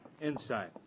Inside